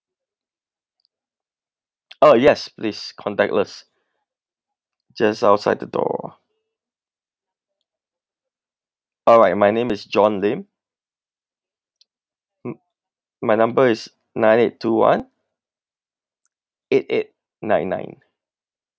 oh yes please contactless just outside the door alright my name is john lim my number is nine eight two one eight eight nine nine